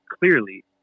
clearly